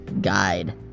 Guide